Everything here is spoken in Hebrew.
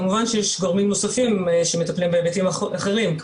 כמובן שיש גורמים נוספים שמטפלים בהיבטים אחרים,